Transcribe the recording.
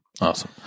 Awesome